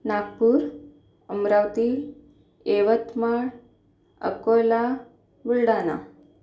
Nagpur Amravati Yavatmal Akola Buldhana